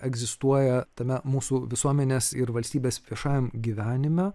egzistuoja tame mūsų visuomenės ir valstybės viešajam gyvenime